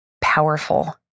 powerful